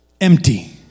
empty